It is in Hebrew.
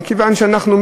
מכיוון שאנחנו,